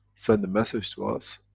send the message to us,